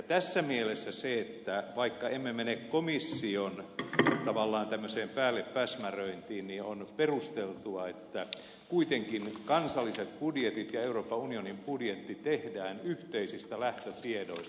tässä mielessä vaikka emme mene komission tavallaan tämmöiseen päällepäsmäröintiin on perusteltua että kuitenkin kansalliset budjetit ja euroopan unionin budjetti tehdään yhteisistä lähtötiedoista